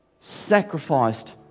sacrificed